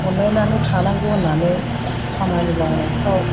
अनलायनानै थानांगौ होन्नानै खामानि मावनायफ्राव